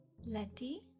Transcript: Letty